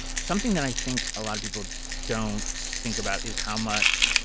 something that i think a lot of people don't think about is how much.